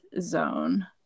zone